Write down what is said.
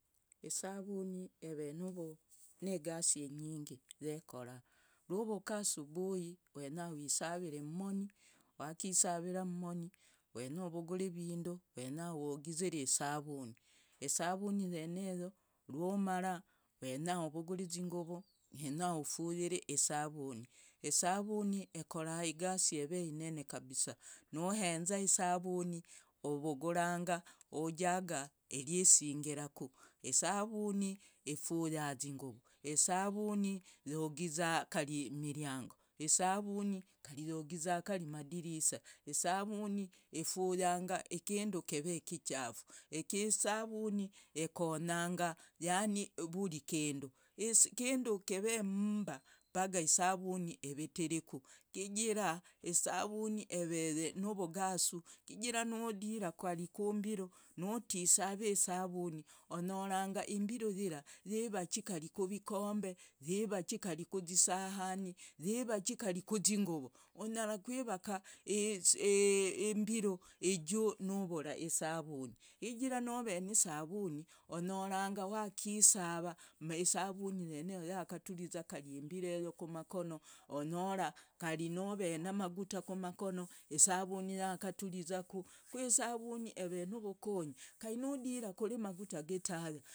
Isavuvuni ovegasi inyingi yekora rwavuka subutii wenya wisaviri mmoni wakasavira mmoni wenya uvuguri ivindu wenya wagiziri isavuri isavuni yeneyo rwumara wenya uvuguri zinguvu wenya ufuyiri isavuni isavuni ekora igasi eve enebe kabisaa nohenza isavuni uvuguranga ujaga irisingiraku, isavuni ifuya izinguvu isavuni yogizaa kaari imiriango isavuni yogiza karii amadirisha isavuni ifuyanga kindu keve ikichafu isavuni ekonyonga yaani vuri ikindu, ikindu keve mumba baga isavuni ivitiriku kijira isavuni onyoranga imbiru yira yivachi kari kuvikombe yivachi kari kuzisahani yivachi kari kuzinguvu unyara kwivaka imbiru ijuu nuvura isavuni kijira nove nisavuni onyoranga wakisava.